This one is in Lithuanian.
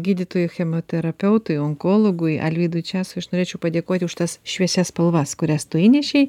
gydytojui chemoterapeutui onkologui alvydui česui aš norėčiau padėkoti už tas šviesias spalvas kurias tu įnešei